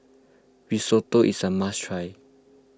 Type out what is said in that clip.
Risotto is a must try